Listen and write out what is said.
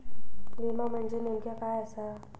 विमा म्हणजे नेमक्या काय आसा?